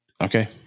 Okay